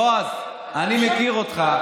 בועז, בועז, אני מכיר אותך,